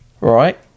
right